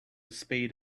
spade